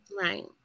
right